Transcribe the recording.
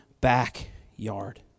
backyard